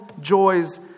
joys